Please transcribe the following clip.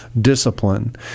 discipline